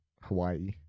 Hawaii